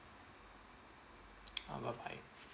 oh bye bye